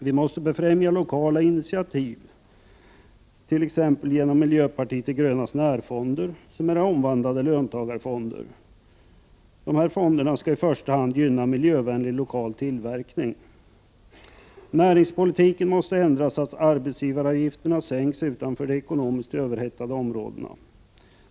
Vi måste befrämja lokala initiativ, t.ex. genom miljöpartiet de grönas närfonder, som är omvandlade löntagarfonder. Dessa fonder skall i första hand gynna miljövänlig lokal tillverkning. Näringspolitiken måste ändras, så att arbetsgivaravgifterna sänks utanför de ekonomiskt överhettade områdena.